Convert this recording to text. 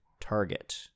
target